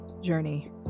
journey